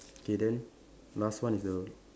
okay then last one is the